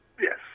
yes